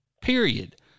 period